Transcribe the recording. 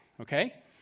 Okay